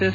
S